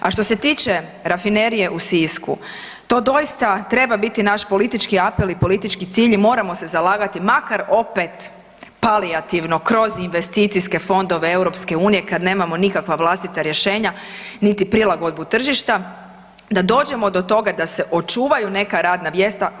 A što se tiče Rafinerije u Sisku, to dosta treba biti naš politički apel i politički cilj i moramo se zalagati makar opet palijativno kroz investicijske fondove EU kad nemamo nikakva vlastita rješenja niti prilagodbu tržišta da dođemo do toga da se očuvaju neka radna mjesta.